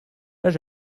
âge